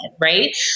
right